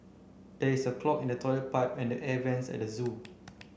there is a clog in the toilet pipe and the air vents at the zoo